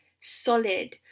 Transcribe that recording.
solid